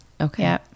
Okay